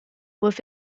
with